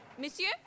monsieur